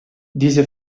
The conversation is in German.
diese